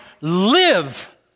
live